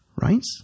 right